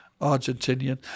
Argentinian